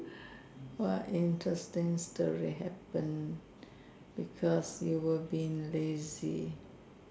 what interesting story happened because you were being lazy